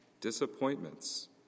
disappointments